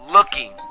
Looking